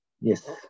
Yes